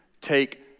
Take